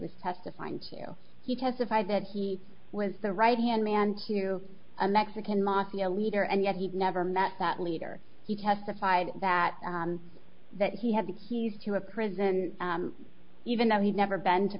was testifying to he testified that he was the right hand man to a mexican mafia leader and yet he never met that leader he testified that that he had the keys to a prison even though he'd never been to